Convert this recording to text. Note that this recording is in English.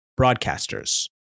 broadcasters